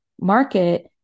market